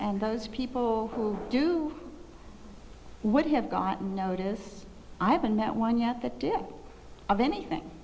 and those people who do would have gotten notice i haven't met one yet of anything